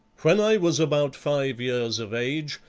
when i was about five years of age,